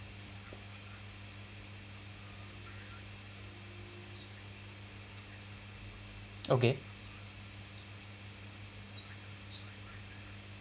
okay